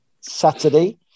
Saturday